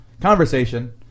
conversation